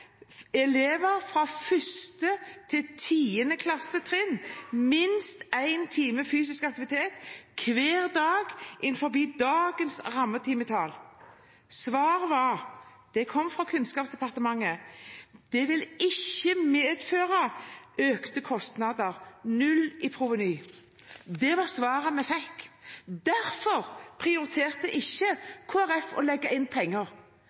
sikrer elever fra første til tiende klassetrinn minst én time fysisk aktivitet hver dag innenfor dagens rammetimetall. Svaret var – det kom fra Kunnskapsdepartementet: Det vil ikke medføre økte kostnader, null i proveny. Det var svaret vi fikk. Derfor prioriterte ikke Kristelig Folkeparti å legge inn penger,